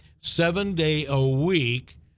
seven-day-a-week